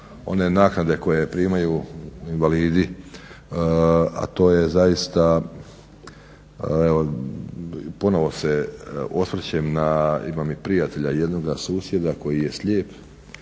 one naknade koje primaju invalidi, a to je zaista, ponovo se osvrćem na, imam i prijatelja jednoga, susjeda koji je slijep,